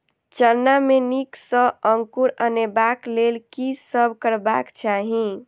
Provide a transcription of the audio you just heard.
चना मे नीक सँ अंकुर अनेबाक लेल की सब करबाक चाहि?